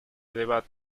debate